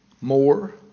More